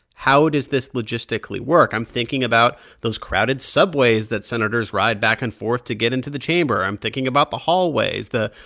how does this logistically work? i'm thinking about those crowded subways that senators ride back and forth to get into the chamber. i'm thinking about the hallways, the,